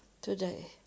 today